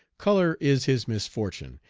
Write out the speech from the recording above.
color is his misfortune,